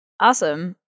Awesome